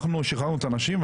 אנחנו שחררנו את הנשים,